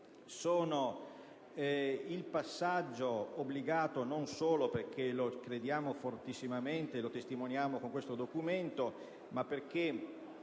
sono il passaggio obbligato, non solo perché lo crediamo fortissimamente e lo testimoniamo con questo documento, ma anche